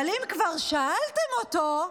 אבל אם כבר שאלתם אותו,